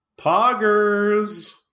poggers